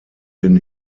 den